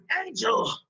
angel